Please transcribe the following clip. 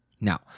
Now